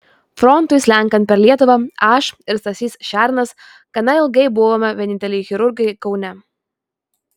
frontui slenkant per lietuvą aš ir stasys šernas gana ilgai buvome vieninteliai chirurgai kaune